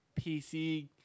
PC